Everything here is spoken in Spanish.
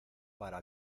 para